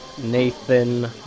Nathan